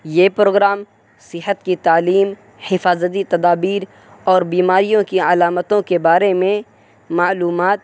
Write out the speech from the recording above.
یہ پروگرام صحت کی تعلیم حفاظجی تدابیر اور بیماریوں کی علامتوں کے بارے میں معلومات